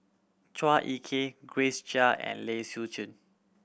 Chua Ek Kay Grace Chia and Lai Siu Chiu